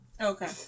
Okay